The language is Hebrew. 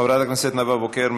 חברת הכנסת נאוה בוקר,